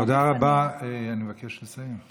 תודה רבה, אני מבקש לסיים.